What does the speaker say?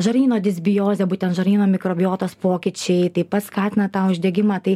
žarnyno disbiozė būtent žarnyno mikrobiotos pokyčiai taip pat skatina tą uždegimą tai